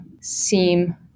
seem